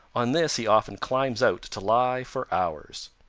on this he often climbs out to lie for hours.